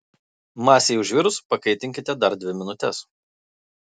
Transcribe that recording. masei užvirus pakaitinkite dar dvi minutes